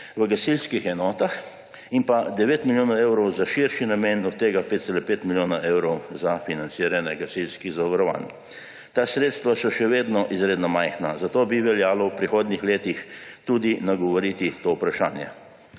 v gasilskih enotah in pa 9 milijonov evrov za širši namen, od tega 5,5 milijona evrov za financiranje gasilskih zavarovanj. Ta sredstva so še vedno izredno majhna, zato bi veljalo v prihodnjih letih tudi nagovoriti to vprašanje.